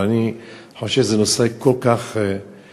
אבל אני חושב שזה נושא שהוא כל כך בוער,